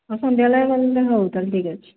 ହଁ ସନ୍ଧ୍ୟାବେଳେ ଗଲେ ତ ହେଉ ତା'ହେଲେ ଠିକ୍ ଅଛି